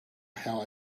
how